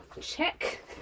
check